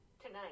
Tonight